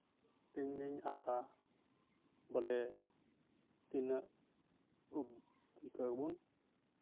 painting ᱟᱸᱠᱟ ᱵᱚᱞᱮ ᱛᱤᱱᱟᱹᱜ